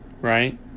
right